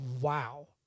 wow